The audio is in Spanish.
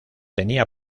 tenía